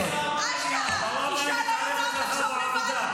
שאלו אותה, אמרה שלא אכפת לה.